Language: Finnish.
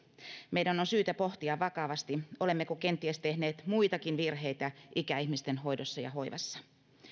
meidän on syytä pohtia vakavasti olemmeko kenties tehneet muitakin virheitä ikäihmisten hoidossa ja hoivassa